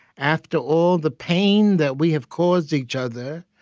after all the pain that we have caused each other,